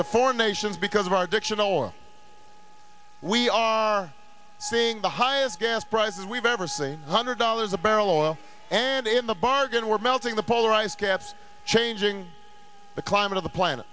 to foreign nations because of our direction or we are seeing the highest gas prices we've ever seen a hundred dollars a barrel oil and in the bargain we're melting the polar ice caps changing the climate of the planet